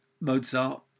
mozart